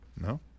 No